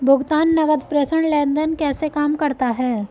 भुगतान नकद प्रेषण लेनदेन कैसे काम करता है?